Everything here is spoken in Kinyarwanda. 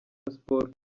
sports